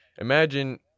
imagine